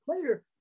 player